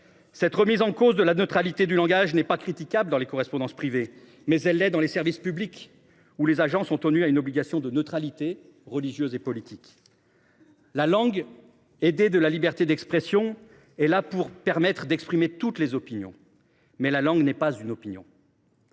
Cette remise en cause de la neutralité du langage n’est pas critiquable dans les correspondances privées, mais elle l’est dans les services publics, où les agents sont tenus à une obligation de neutralité religieuse et politique. La langue, aidée de la liberté d’expression, est là pour permettre d’exprimer toutes les opinions, mais la langue elle même n’est pas une opinion